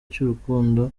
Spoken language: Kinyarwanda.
cy’urukundo